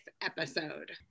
episode